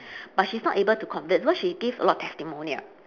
but she's not able to convince because she give a lot of testimonial